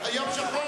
יום שחור